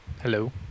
Hello